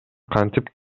кантип